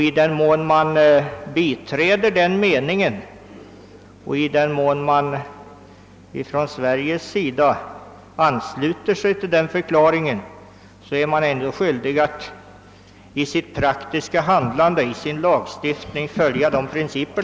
I den mån man biträder den meningen och ansluter sig till den förklaringen är man skyldig att i sitt handlande, i sin lagstiftning, följa dessa principer.